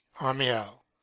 Amiel